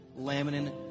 laminin